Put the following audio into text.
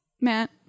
Matt